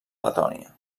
letònia